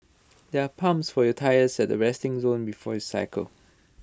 there are pumps for your tyres at the resting zone before you cycle